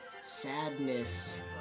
sadness